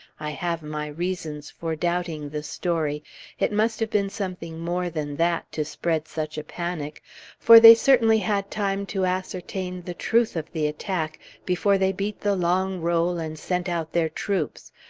i have my reasons for doubting the story it must have been something more than that, to spread such a panic for they certainly had time to ascertain the truth of the attack before they beat the long roll and sent out their troops,